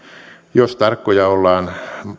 jos tarkkoja ollaan